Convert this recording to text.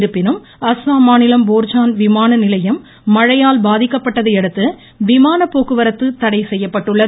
இருப்பினும் அஸாம் மாநிலம் போர்ஜன் விமான நிலையம் மழையால் பாதிக்கப்பட்டதையடுத்து விமான போக்குவரத்து தடை செய்யப்பட்டுள்ளது